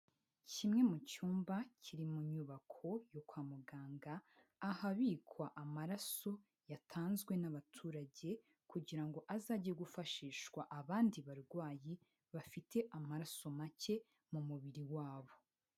Kimwe mu cyumba kiri mu nyubako kwa muganga ahabikwa amaraso yatanzwe n'abaturage kugira ngo azage gufashishwa abandi barwayi bafite amaraso make mu mubiri wabo.